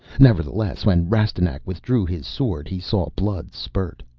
nevertheless, when rastignac withdrew his sword he saw blood spurt.